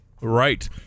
Right